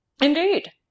Indeed